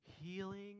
healing